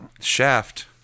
Shaft